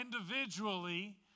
individually